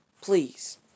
Please